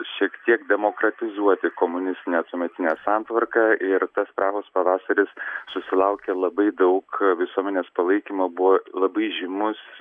šiek tiek demokratizuoti komunistinę tuometinę santvarką ir tas prahos pavasaris susilaukė labai daug visuomenės palaikymo buvo labai žymus